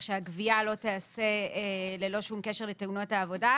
שהגבייה לא תיעשה ללא שום קשר לתאונות העבודה.